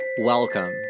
Welcome